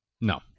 No